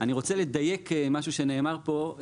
אני רוצה לדייק משהו שנאמר פה.